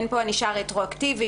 אין פה ענישה רטרואקטיבית.